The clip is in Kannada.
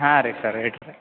ಹಾಂ ರೀ ಸರ ಇಡ್ತೇನ್